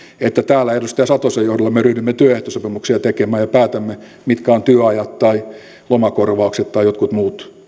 että täällä edustaja satosen johdolla me ryhdymme työehtosopimuksia tekemään ja päätämme mitkä ovat työajat tai lomakorvaukset tai jotkut muut